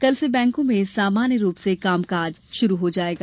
कल से बैंकों में सामान्य रूप से कामकाज शुरू हो जायेगा